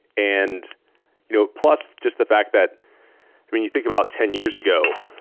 and you know plus, just the fact that when you think about ten years ago,